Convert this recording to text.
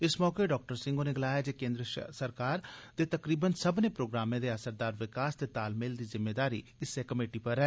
इस मौके डाक्टर सिंह होरें गलाया जे केन्द्र सरकार दे तकरीबन सब्मने प्रोग्रामें दे असरदार विकास ते तालमेल दी जिम्मेदारी इस्सै कमेटी पर ऐ